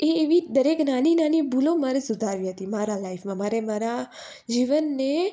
એ એવી દરેક નાની નાની ભૂલો મારે સુધારવી હતી મારા લાઈફમાં મારે મારા જીવનને